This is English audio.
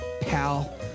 pal